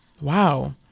Wow